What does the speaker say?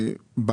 שקלים.